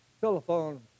Telephone